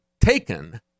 taken